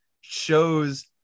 shows